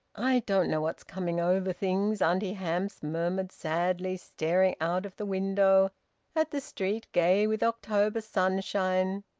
i don't know what's coming over things! auntie hamps murmured sadly, staring out of the window at the street gay with october sun shine.